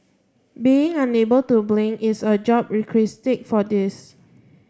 being unable to blink is a job requisite for this